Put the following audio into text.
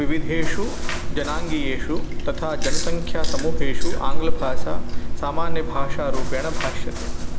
विविधेषु जनाङ्गीयेषु तथा जनसङ्ख्यासमूहेषु आङ्ग्लभाषा सामान्यभाषारूपेण भाष्यते